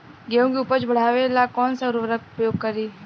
गेहूँ के उपज बढ़ावेला कौन सा उर्वरक उपयोग करीं?